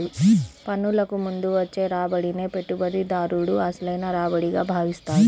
పన్నులకు ముందు వచ్చే రాబడినే పెట్టుబడిదారుడు అసలైన రాబడిగా భావిస్తాడు